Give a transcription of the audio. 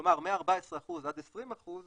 כלומר מ-14% עד 20%,